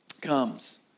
comes